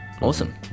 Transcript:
awesome